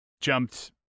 Jumped